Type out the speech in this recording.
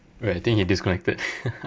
right I think you disconnected